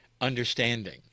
understanding